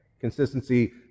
consistency